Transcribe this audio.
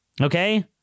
Okay